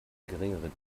geringere